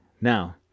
Now